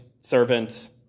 servants